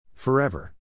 Forever